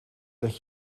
dat